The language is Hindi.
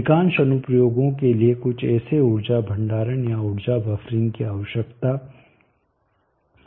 अधिकांश अनुप्रयोगों के लिए कुछ ऐसे ऊर्जा भंडारण या ऊर्जा बफरिंग की आवश्यकता होती है